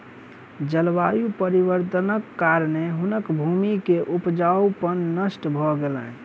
जलवायु परिवर्तनक कारणेँ हुनकर भूमि के उपजाऊपन नष्ट भ गेलैन